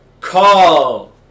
CALL